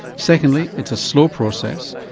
secondly it's a slow process,